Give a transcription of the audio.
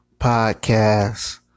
podcast